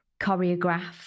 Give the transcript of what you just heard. choreograph